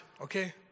okay